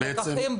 לקחים?